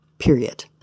period